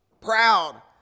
proud